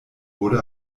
wurde